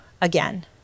again